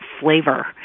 flavor